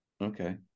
Okay